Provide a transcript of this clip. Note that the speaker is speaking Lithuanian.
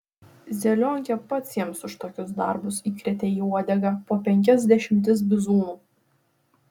zelionkė pats jiems už tokius darbus įkrėtė į uodegą po penkias dešimtis bizūnų